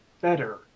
better